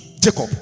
Jacob